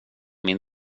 min